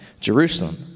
Jerusalem